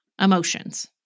emotions